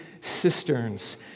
cisterns